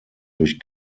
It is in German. durch